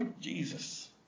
Jesus